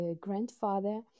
grandfather